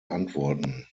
antworten